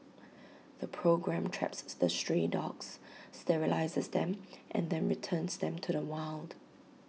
the programme traps the stray dogs sterilises them then returns them to the wild